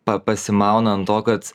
pa pasimauna ant to kad